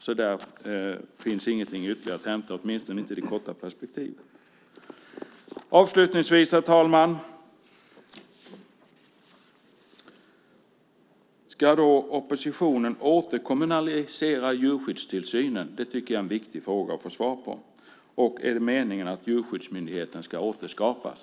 Där finns inget ytterligare att hämta, åtminstone inte i det korta perspektivet. Avslutningsvis, herr talman, vill jag fråga: Ska oppositionen återkommunalisera djurskyddstillsynen? Det tycker jag är en viktig fråga att få svar på. Och är det meningen att Djurskyddsmyndigheten ska återskapas?